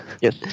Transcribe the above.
Yes